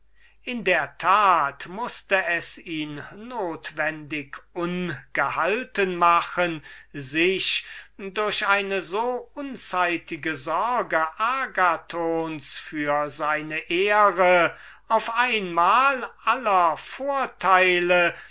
in der tat mußte es diesen notwendig ungehalten machen sich durch eine so unzeitige vorsorge für seine ehre auf einmal aller vorteile